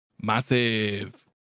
massive